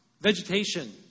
vegetation